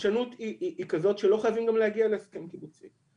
הפרשנות היא כזאת שלא חייבים גם להגיע להסכם קיבוצי.